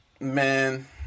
man